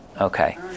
Okay